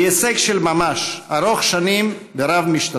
היא הישג של ממש, ארוך שנים ורב-משתתפים.